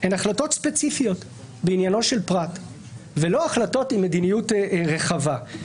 הן החלטות ספציפיות בעניינו של פרט ולא החלטות מדיניות רחבה.